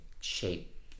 shape